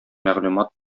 мәгълүмат